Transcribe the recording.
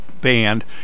band